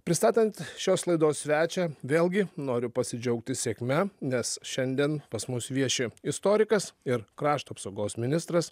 pristatant šios laidos svečią vėlgi noriu pasidžiaugti sėkme nes šiandien pas mus vieši istorikas ir krašto apsaugos ministras